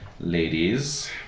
ladies